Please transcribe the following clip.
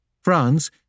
France